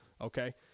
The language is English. Okay